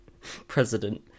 president